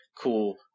cool